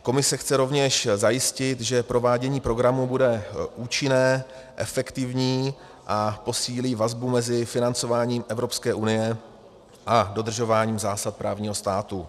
Komise chce rovněž zajistit, že provádění programu bude účinné, efektivní a posílí vazbu mezi financováním Evropské unie a dodržováním zásad právního státu.